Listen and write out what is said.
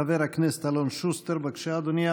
חבר הכנסת אלון שוסטר, בבקשה, אדוני.